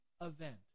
event